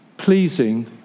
pleasing